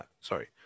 sorry